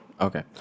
Okay